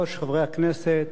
חברי הכנסת,